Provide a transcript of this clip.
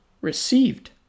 received